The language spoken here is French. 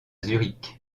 zurich